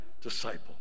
disciple